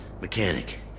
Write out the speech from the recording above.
Mechanic